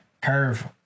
Curve